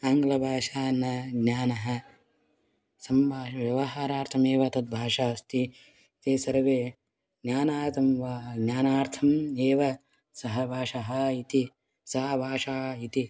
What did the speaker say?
आङ्ग्लभाषा न ज्ञानं सम्भाषणं व्यवहारार्थमेव तद् भाषा अस्ति ते सर्वे ज्ञानार्थं वा ज्ञानार्थम् एव सा भाषा इति सा भाषा इति